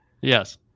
Yes